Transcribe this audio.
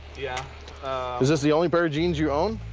yeah. is this the only pair of jeans you own?